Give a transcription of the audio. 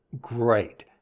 great